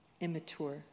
immature